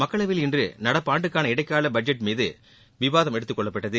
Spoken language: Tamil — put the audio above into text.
மக்களவையில் இன்று நடப்பாண்டுக்கான இடைக்கால பட்ஜெட் மீது விவாதம் எடுத்துக்கொள்ளப்பட்டது